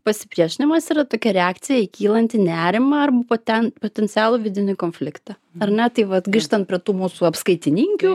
pasipriešinimas yra tokia reakcija į kylantį nerimą arba ten potencialų vidinį konfliktą ar na tai va grįžtant prie tų mūsų apskaitininkių